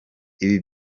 ibi